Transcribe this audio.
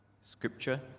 Scripture